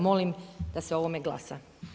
Molim da se o ovome glasa.